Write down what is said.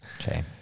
Okay